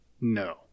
No